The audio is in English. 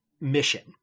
mission